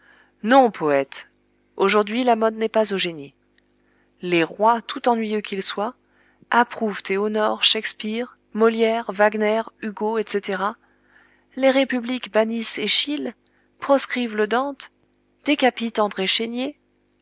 non poète aujourd'hui la mode n'est pas au génie les rois tout ennuyeux qu'ils soient approuvent et honorent shakespeare molière wagner hugo etc les républiques bannissent eschyle proscrivent le dante décapitent andré chénier